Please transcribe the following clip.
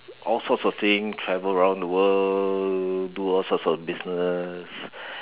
all sorts of thing travel around the world do all sorts of business